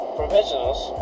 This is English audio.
professionals